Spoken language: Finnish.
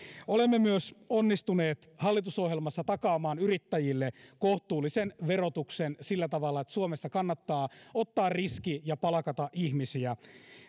olemme myös onnistuneet hallitusohjelmassa takaamaan yrittäjille kohtuullisen verotuksen sillä tavalla että suomessa kannattaa ottaa riski ja palkata ihmisiä